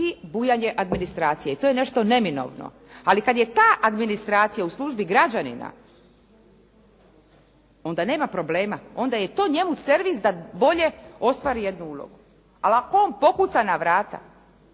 i bujanje administracije i to je nešto neminovno. Ali kada je ta administracija u službi građanina onda nema problema, onda je to njemu servis da bolje ostvari jednu ulogu. Ali ako on pokuca na vrata